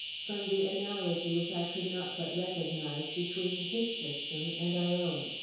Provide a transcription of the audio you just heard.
from the analogy which i could not but recognize between his system and our own.